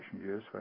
years